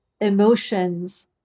emotions